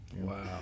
Wow